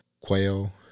Quail